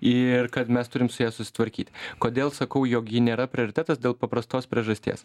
ir kad mes turim su ja susitvarkyt kodėl sakau jog ji nėra prioritetas dėl paprastos priežasties